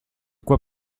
quoi